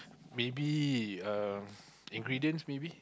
maybe um ingredients maybe